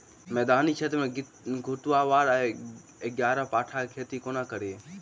मैदानी क्षेत्र मे घृतक्वाइर वा ग्यारपाठा केँ खेती कोना कड़ी?